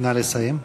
נא לסיים.